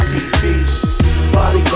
Bodyguard